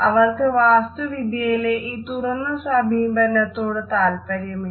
അവർക്ക് വാസ്തു വിദ്യയിലെ ഈ തുറന്ന സമീപനത്തോട് താല്പര്യമില്ല